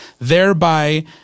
Thereby